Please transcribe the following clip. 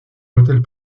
hôtel